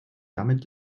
damit